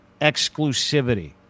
exclusivity